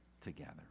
together